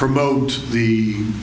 promote the